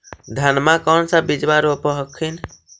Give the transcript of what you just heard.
धनमा कौन सा बिजबा रोप हखिन?